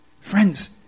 Friends